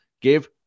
Give